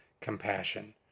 compassion